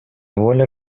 воля